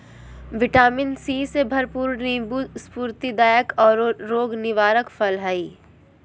vitamin C से भरपूर नीबू स्फूर्तिदायक औरो रोग निवारक फल हइ